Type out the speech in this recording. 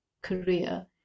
career